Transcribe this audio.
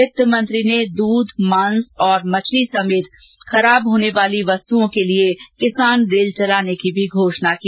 वित्त मंत्री ने दूध मांस और मछली समेत खराब होने वाली वस्तुओं के लिए किसान रेल चलाने की भी घोषणा की